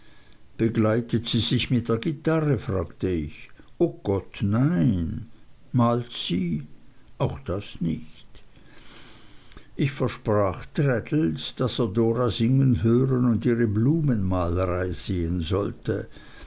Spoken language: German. begleitet sie sich mit der gitarre fragte ich o gott nein malt sie auch das nicht ich versprach traddles daß er dora singen hören und ihre blumenmalerei sehen sollte